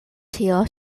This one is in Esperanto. tio